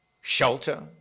shelter